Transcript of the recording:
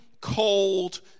cold